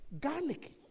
garlic